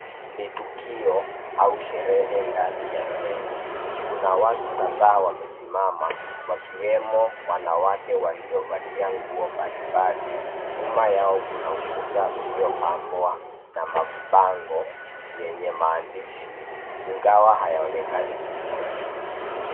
Ni tukio, au sherehe ndani ya jengo, kuna watu kadhaa wamesimama, wakiwemo wanawake waliovalia nguo mbalimbali, nyuma yao kuna ukuta uliopambwa na mabango, yenye maandishi, ingawa hayaonekani vizuri.